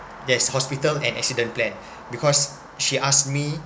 yes hospital and accident plan because she asked me